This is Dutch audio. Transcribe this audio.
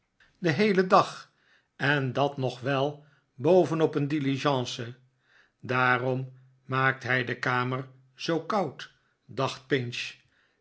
den heelen dag en dat nog wel boven op een diligence daarom maakt hij de kamer zoo koud dacht pinch